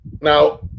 Now